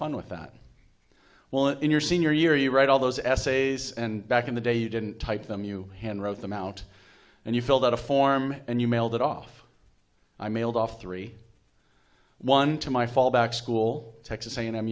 fun with that well in your senior year you write all those essays and back in the day you didn't type them you hand wrote them out and you filled out a form and you mailed it off i mailed off three one to my fallback school texas a and m